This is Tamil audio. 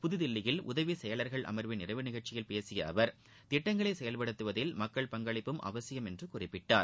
புதுதில்லியில் உதவி செயலர்கள் அமர்வின் நிறைவு நிகழ்ச்சியில் பேசிய அவர் திட்டங்களை செயல்படுத்துவதில் மக்கள் பங்களிப்பும் அவசியம் என்று குறிப்பிட்டார்